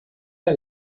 der